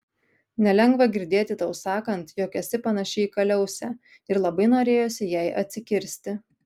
nelengva girdėti tau sakant jog esi panaši į kaliausę ir labai norėjosi jai atsikirsti